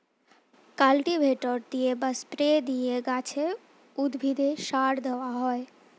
cultivator দিয়ে বা spray দিয়ে গাছে, উদ্ভিদে সার দেওয়া হয়